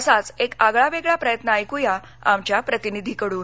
असाच एक आगळावेगळा प्रयत्न ऐकू या आमच्या प्रतिनिधीकडून